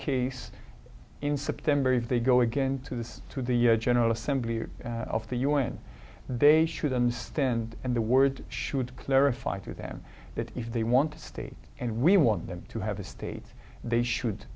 case in september if they go again to the to the general assembly of the u n they should understand and the word should clarify to them that if they want to state and we want them to have a state they should